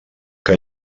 que